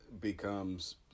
becomes